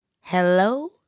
Hello